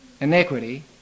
iniquity